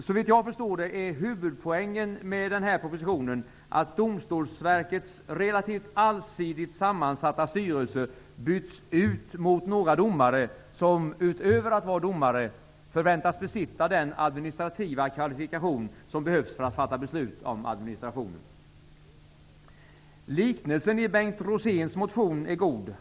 Såvitt jag förstår är huvudpoängen med den här propositionen att Domstolsverkets relativt allsidigt sammansatta styrelse byts ut mot några domare, som -- utöver att vara domare -- förväntas besitta den administrativa kvalifikation som behövs för att fatta beslut om administrationen. Liknelsen i Bengt Roséns motion är god.